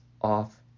off